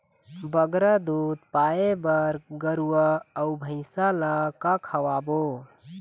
बगरा दूध पाए बर गरवा अऊ भैंसा ला का खवाबो?